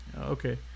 okay